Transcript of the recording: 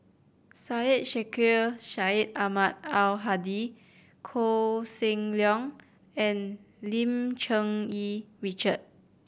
Syed Sheikh Syed Ahmad Al Hadi Koh Seng Leong and Lim Cherng Yih Richard